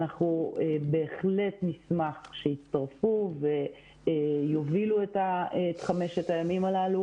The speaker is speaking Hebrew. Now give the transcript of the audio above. אנחנו בהחלט נשמח שיצטרפו ויובילו את חמשת הימים הללו.